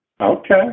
Okay